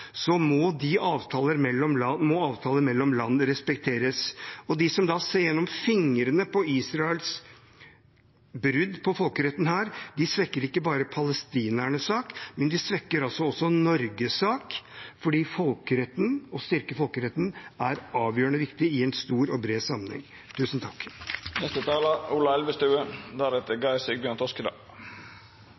må avtaler mellom land respekteres. De som da ser gjennom fingrene med Israels brudd på folkeretten her, svekker ikke bare palestinernes sak, men de svekker altså også Norges sak, fordi folkeretten og å styrke den er avgjørende viktig i en stor og bred sammenheng.